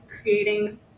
creating